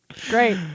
Great